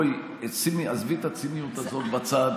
עזבי את הציניות הזאת בצד.